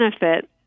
benefit